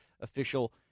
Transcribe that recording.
official